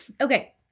Okay